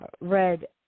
read